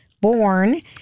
born